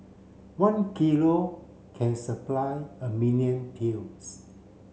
one kilo can supply a million pills